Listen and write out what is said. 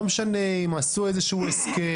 לא משנה אם עשו איזה שהוא הסכם,